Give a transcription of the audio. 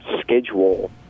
schedule